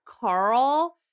Carl